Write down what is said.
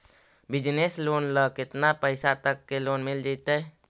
Business loan ल केतना पैसा तक के लोन मिल जितै?